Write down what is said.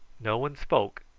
no one spoke,